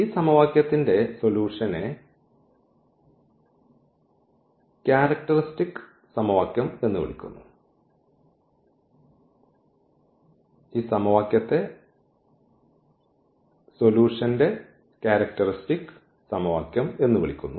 ഈ സമവാക്യത്തിന്റെ സൊല്യൂഷൻനെ ക്യാരക്ടറിസ്റ്റിക് സമവാക്യം എന്ന് വിളിക്കുന്നു